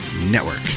network